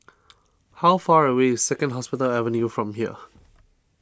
how far away is Second Hospital Avenue from here